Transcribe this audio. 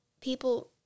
People